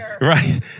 Right